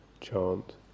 chant